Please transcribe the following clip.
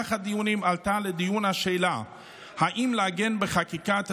במהלך הדיונים עלתה לדיון השאלה אם לעגן בחקיקה את